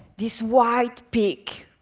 this white peak,